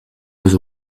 with